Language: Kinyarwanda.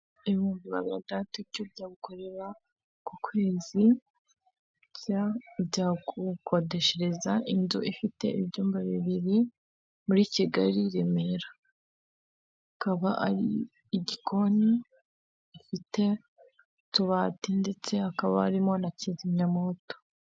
Ibihumbi magana atandatu icyo byagukorera ku kwezi, bya gukodeshereza inzu ifite ibyumba bibiri muri Kigali i Remera, ikaba ari igikoni ifite utubati ndetse hakaba harimo na kizimyamoto.